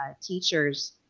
teachers